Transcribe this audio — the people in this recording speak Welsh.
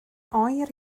oer